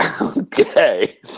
Okay